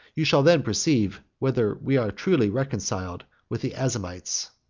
you shall then perceive whether we are truly reconciled with the azymites.